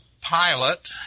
pilot